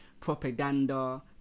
propaganda